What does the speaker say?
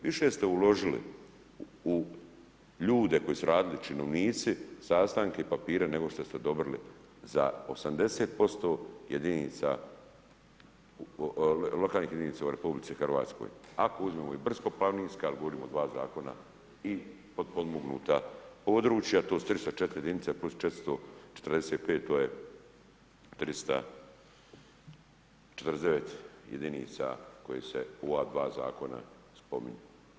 Više ste uložili u ljude koje su radili, činovnici, sastanke i papire nego što ste odobrili za 80% jedinica, lokalnih jedinica u RH, ako uzmemo i brdsko-planinska, a govorimo o dva zakona i potpomognuta područja, to su 304 jedinice + 445, to je 349 jedinica koje se u ova dva zakona spominju.